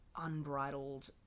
unbridled